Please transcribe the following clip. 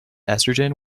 estrogen